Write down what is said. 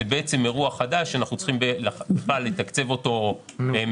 זה בעצם אירוע חדש שאנחנו צריכים לתקצב אותו מחדש.